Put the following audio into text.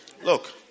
Look